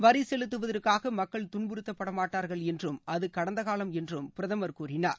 வரி செலுத்துவதற்காக மக்கள் துன்புறுத்தப்படமாட்டார்கள் என்றும் அது கடந்த காலம் என்றும் பிரதமர் கூறினார்